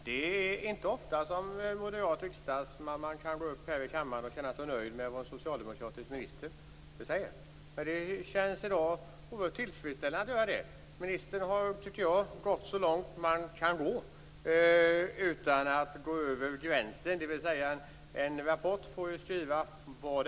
Herr talman! Det är inte ofta som jag som moderat riksdagsman kan gå upp i talarstolen och känna mig nöjd med vad en socialdemokratisk minister säger. Det känns i dag oerhört tillfredsställande att göra så. Ministern har gått så långt man kan gå utan att gå över gränsen, dvs. det får stå vad som helst i en rapport.